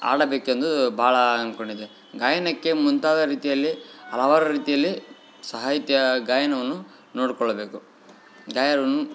ಹಾಡಬೇಕೆಂದು ಭಾಳ ಅನ್ಕೊಂಡಿದ್ದೆ ಗಾಯನಕ್ಕೆ ಮುಂತಾದ ರೀತಿಯಲ್ಲಿ ಹಲವಾರು ರೀತಿಯಲ್ಲಿ ಸಾಹಿತ್ಯ ಗಾಯನವನ್ನು ನೋಡ್ಕೊಳ್ಳಬೇಕು